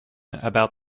about